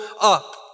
up